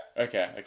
Okay